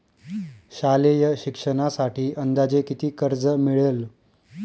शालेय शिक्षणासाठी अंदाजे किती कर्ज मिळेल?